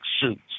suits